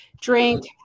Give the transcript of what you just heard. drink